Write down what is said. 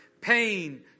Pain